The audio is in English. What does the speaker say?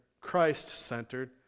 Christ-centered